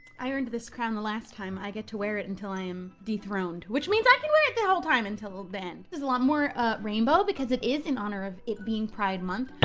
i earned this crown the last time. i get to wear it until i am dethroned. which means i can wear it the whole time until then. there's a lot more rainbow because it is in honor of it being pride month.